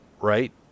Right